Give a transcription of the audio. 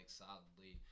solidly